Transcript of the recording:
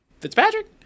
Fitzpatrick